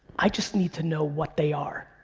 i just need to know what they are.